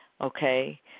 Okay